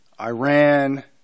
Iran